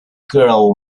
girl